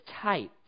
type